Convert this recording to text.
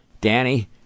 Danny